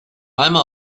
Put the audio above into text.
einmal